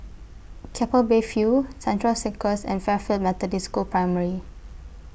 Keppel Bay View Central Circus and Fairfield Methodist School Primary